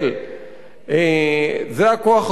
זה הכוח הכובש בשטחים,